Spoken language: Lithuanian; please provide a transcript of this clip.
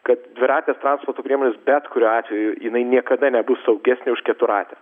kad dviratės transporto priemonės bet kuriuo atveju jinai niekada nebus saugesnė už keturratę